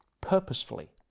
purposefully